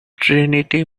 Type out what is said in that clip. trinity